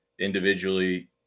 individually